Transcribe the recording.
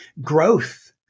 Growth